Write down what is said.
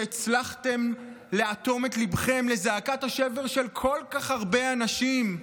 שהצלחתם לאטום את ליבכם לזעקת השבר של כל כך הרבה אנשים?